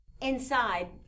inside